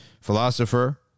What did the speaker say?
philosopher